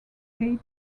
state